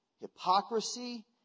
hypocrisy